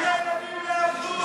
שולחים את הילדים לעבדות.